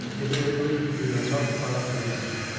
evidently we were not far from land.